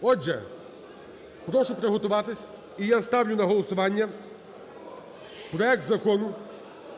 Отже, прошу приготуватись. І я ставлю на голосування проект Закону